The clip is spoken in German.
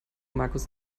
markus